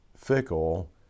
fickle